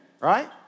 right